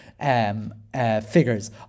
Figures